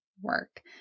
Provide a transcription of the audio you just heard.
work